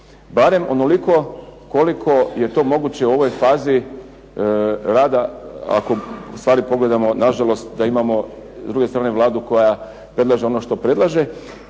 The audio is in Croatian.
barem onoliko koliko je to moguće u ovoj fazi rada, ako stvari pogledamo na žalost imamo s druge strane Vladu koja predlaže ono što predlaže,